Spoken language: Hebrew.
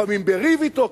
לפעמים בריב אתו,